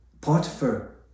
Potiphar